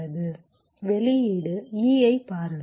வெளியீடு E ஐ பாருங்கள்